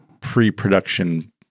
pre-production